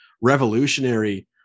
revolutionary